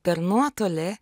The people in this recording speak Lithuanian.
per nuotolį